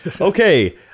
Okay